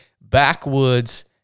backwoods